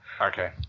Okay